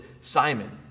Simon